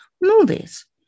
movies